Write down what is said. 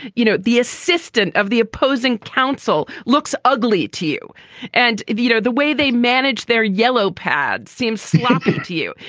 you know, the assistant of the opposing counsel looks ugly to you and you know the way they manage their yellow pad seems sloppy to you.